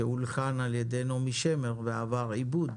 שהולחן על ידי נעמי שמר ועבר עיבוד.